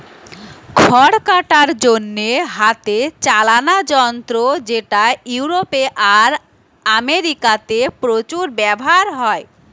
খড় কাটার জন্যে হাতে চালানা যন্ত্র যেটা ইউরোপে আর আমেরিকাতে প্রচুর ব্যাভার হয়